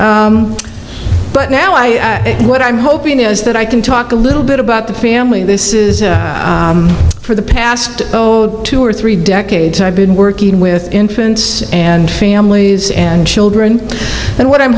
s but now i what i'm hoping is that i can talk a little bit about the family this is for the past two or three decades i've been working with infants and families and children and what i'm